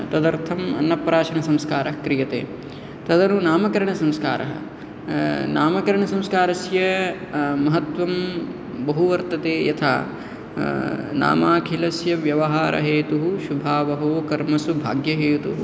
तदर्थम् अन्नप्राशनसंस्कारः क्रियते तदनु नामकरणसंस्कारः नामकरणसंस्कारस्य महत्वं बहु वर्तते यथा नामाखिलस्य व्यवहारहेतुः शुभावहं कर्मसु भाग्यहेतुः